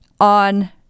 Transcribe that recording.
on